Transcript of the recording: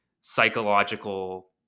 psychological